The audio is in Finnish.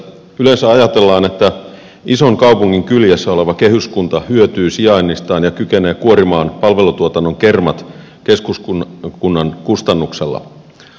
yleensä ajatellaan että ison kaupungin kyljessä oleva kehyskunta hyötyy sijainnistaan ja kykenee kuorimaan palvelutuotannon kermat keskuskunnan kustannuksella